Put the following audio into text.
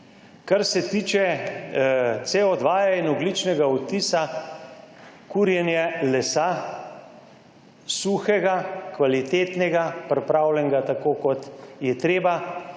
Kar se tiče CO2 in ogljičnega odtisa, kurjenje lesa, suhega, kvalitetnega, pripravljenega tako, kot je treba,